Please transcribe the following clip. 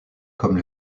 comme